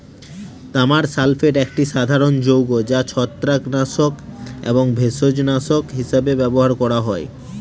তামার সালফেট একটি সাধারণ যৌগ যা ছত্রাকনাশক এবং ভেষজনাশক হিসাবে ব্যবহার করা হয়